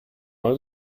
all